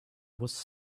was